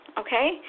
Okay